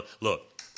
Look